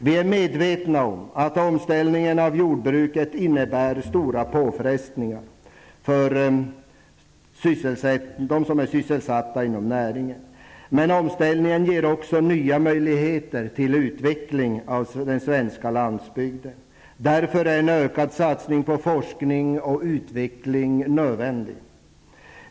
Vi är medvetna om att omställningen av jordbruket innebär stora påfrestningar för dem som är sysselsatta inom näringen. Men omställningen ger också nya möjligheter till utveckling av den svenska landsbygden. Därför är en ökad satsning på forskning och utveckling nödvändig.